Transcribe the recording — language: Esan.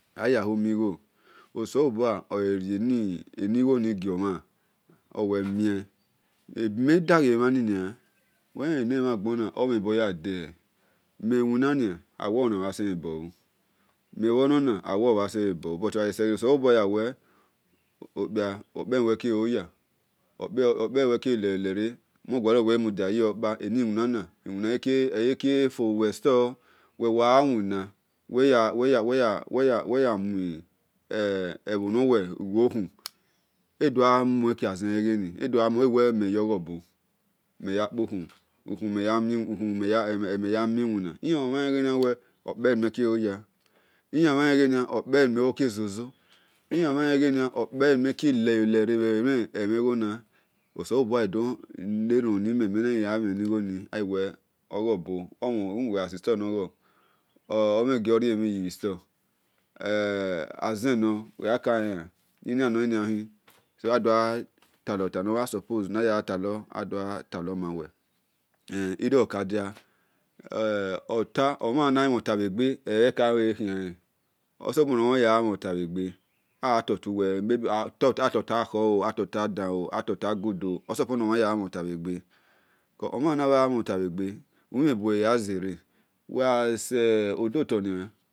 Aiyhahu-migho osalobua ole-rie rie ni ghoni giomhan owe mien ebi men daghe bho-nia mewinania awe obha-selenbolu buti oghe se ghe nosolubua yahwe okpia okpihe nuwe keloya mudia-yemhana eniwinana eyakhie fobhuwe store wogha wina nuweya ebhonowekiokhun edogha-muekiogho boh weyakpi-hunmu emhanle-okpihe nimeke zozo nimeke hoya osalobua gha doheromhoni men awe ogho bor uwe ghagi store nogho omhen-giori emhen yi bhi store azen nor uwe-mhanohen oriemhin yistore irio-okadia omhan-namhonta bhegbe eka-khion osuppose naya gha mhon-ta-bhe gbe atotakhoho-oh atagood oh cos omhan na mhon-ta-bhe gbe uwi-mhen buwe yezere.